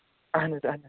اَہَن حظ آ